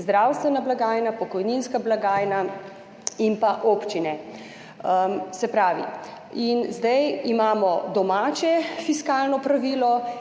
zdravstvena blagajna, pokojninska blagajna in občine. In zdaj imamo domače fiskalno pravilo